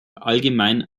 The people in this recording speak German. allgemein